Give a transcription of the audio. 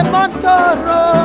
Montoro